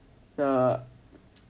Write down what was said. the